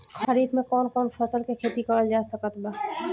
खरीफ मे कौन कौन फसल के खेती करल जा सकत बा?